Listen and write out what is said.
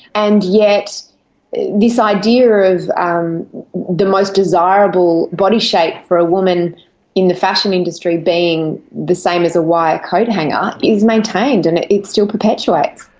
and yet this idea of um the most desirable body shape for a woman in the fashion industry being the same as a wire coathanger is maintained and it it still perpetuates.